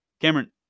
Cameron